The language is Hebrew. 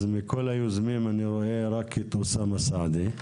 מכל היוזמים אני רואה רק את אוסאמה סעדי,